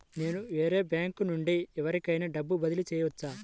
నేను వేరే బ్యాంకు నుండి ఎవరికైనా డబ్బు బదిలీ చేయవచ్చా?